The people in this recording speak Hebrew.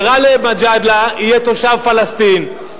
שגאלב מג'אדלה יהיה תושב פלסטין,